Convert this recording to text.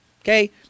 Okay